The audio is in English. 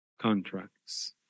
contracts